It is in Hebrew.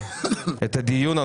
אני מחדש את הדיון,